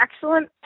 excellent